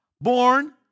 Born